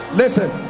listen